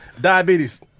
Diabetes